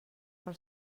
per